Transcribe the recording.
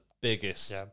biggest